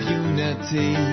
unity